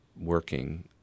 working